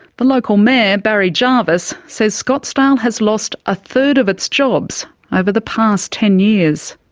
the local mayor, barry jarvis, says scottsdale has lost a third of its jobs over the past ten years.